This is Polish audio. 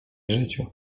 życiu